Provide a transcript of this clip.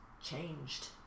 changed